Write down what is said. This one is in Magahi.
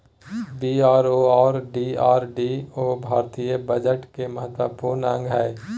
बी.आर.ओ और डी.आर.डी.ओ भारतीय बजट के महत्वपूर्ण अंग हय